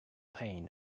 pain